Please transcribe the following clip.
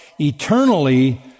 eternally